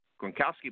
Gronkowski